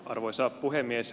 arvoisa puhemies